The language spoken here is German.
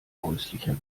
häuslicher